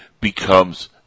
becomes